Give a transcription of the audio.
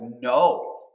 no